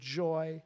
joy